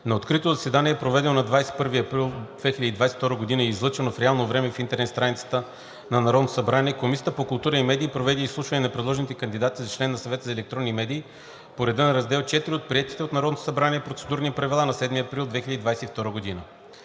На открито заседание, проведено на 21 април 2022 г. и излъчено в реално време в интернет страницата на Народното събрание, Комисията по културата и медиите проведе изслушване на предложените кандидати за член на Съвета за електронни медии по реда на Раздел IV от приетите от Народното събрание Процедурни правила на 7 април 2022 г.